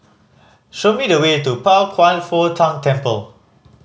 show me the way to Pao Kwan Foh Tang Temple